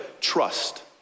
Trust